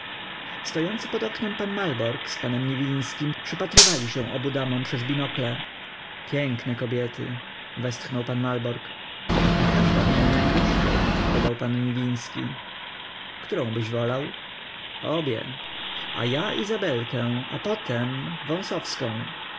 stojący pod oknem pan malborg z panem niwińskim przypatrywali się obu damom przez binokle piękne kobiety westchnął pan malborg a każda w innym guście dodał pan niwiński którą byś wolał obie a ja izabelkę a potem